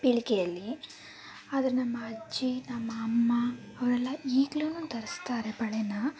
ಪೀಳಿಗೆಯಲ್ಲಿ ಆದರೆ ನಮ್ಮ ಅಜ್ಜಿ ನಮ್ಮ ಅಮ್ಮ ಅವರೆಲ್ಲ ಈಗ್ಲೂ ಧರಿಸ್ತಾರೆ ಬಳೆನ